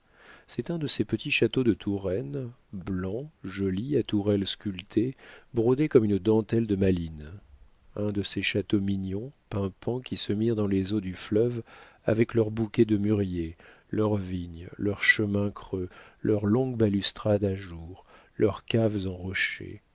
c'est un de ces petits châteaux de touraine blancs jolis à tourelles sculptées brodés comme une dentelle de malines un de ces châteaux mignons pimpants qui se mirent dans les eaux du fleuve avec leurs bouquets de mûriers leurs vignes leurs chemins creux leurs longues balustrades à jour leurs caves en rocher